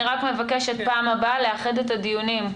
אני רק מבקשת בפעם הבאה לאחד את הדיונים,